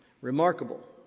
Remarkable